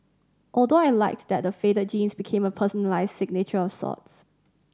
although I liked that the faded jeans became a personalised signature of sorts